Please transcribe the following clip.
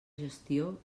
gestió